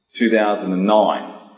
2009